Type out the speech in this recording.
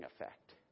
effect